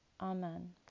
Amen